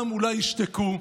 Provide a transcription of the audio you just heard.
גם אולי ישתקו,